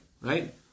right